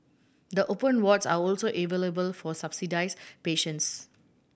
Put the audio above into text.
the open wards are also available for subsidised patients